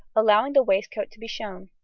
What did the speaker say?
allowing the waistcoat to be shown.